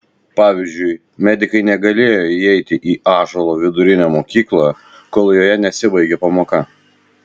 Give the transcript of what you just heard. pavyzdžiui medikai negalėjo įeiti į ąžuolo vidurinę mokyklą kol joje nesibaigė pamoka